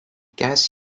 gas